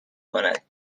کند